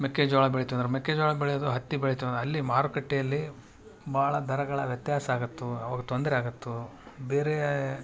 ಮೆಕ್ಕೆಜೋಳ ಬೆಳಿತೀವಿ ಅಂದ್ರೆ ಮೆಕ್ಕೆಜೋಳ ಬೆಳ್ಯೋದು ಹತ್ತಿ ಬೆಳಿತು ಅಂದ್ ಅಲ್ಲಿ ಮಾರುಕಟ್ಟೆಯಲ್ಲಿ ಬಾಳ ದರಗಳ ವ್ಯತ್ಯಾಸ ಆಗತ್ತು ಆವಾಗ ತೊಂದರೆ ಆಗತ್ತು ಬೇರೆ